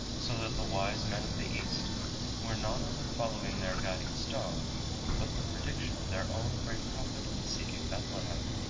so that the wise men of the east were not only following their guiding-star but the prediction of their own great prophet in seeking bethlehem.